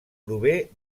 prové